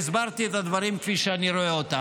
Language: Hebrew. והסברתי את הדברים כפי שאני רואה אותם.